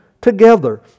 together